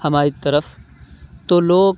ہماری طرف تو لوگ